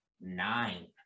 nine